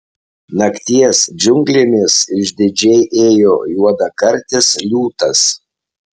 nakties džiunglėmis išdidžiai ėjo juodakartis liūtas